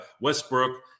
Westbrook